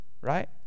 right